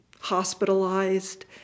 hospitalized